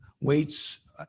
weights